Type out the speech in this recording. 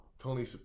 Tony